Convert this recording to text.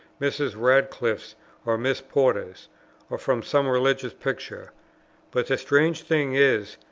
mrs. radcliffe's or miss porter's or from some religious picture but the strange thing is,